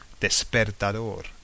despertador